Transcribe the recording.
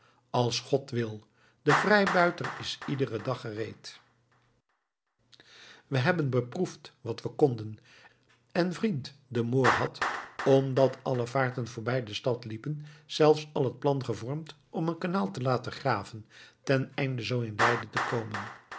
als god wil de vrijbuiter is iederen dag gereed wij hebben beproefd wat we konden en vriend de moor had omdat alle vaarten voorbij de stad liepen zelfs al het plan gevormd om een kanaal te laten graven teneinde zoo in leiden te komen